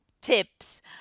tips